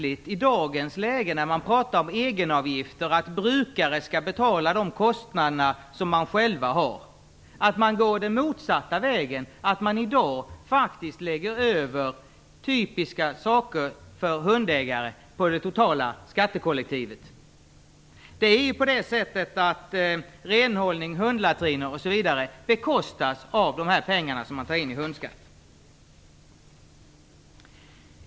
I dagens läge när det pratas om egenavgifter och om att brukare skall stå för sina egna kostnader är det märkligt att man går den motsatta vägen och faktiskt lägger över saker som är typiska för hundägare på det totala skattekollektivet. Renhållning, hundlatriner osv. bekostas ju med hjälp av de pengar som tas in på hundskatten.